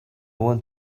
want